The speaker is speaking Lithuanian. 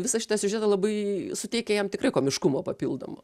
visą šitą siužetą labai suteikia jam tikrai komiškumo papildomo